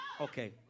Okay